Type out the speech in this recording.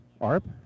Arp